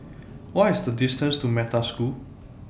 What IS The distance to Metta School